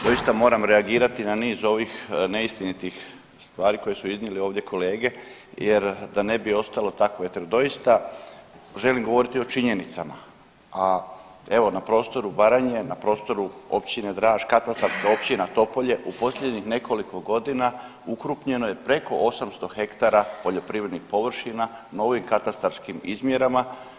Doista moram reagirati na niz ovih neistinitih stvari koje su iznijeli ovdje kolege, jer da ne bi ostalo tako doista želim govoriti o činjenicama, a evo na prostoru Baranje, na prostoru općine Draž, katastarska općina Topolje u posljednjih nekoliko godina ukrupnjeno je preko 800 ha poljoprivrednih površina novim katastarskim izmjerama.